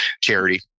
charity